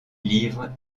livres